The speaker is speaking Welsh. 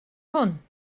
hwn